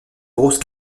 grosse